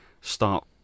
start